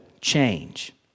change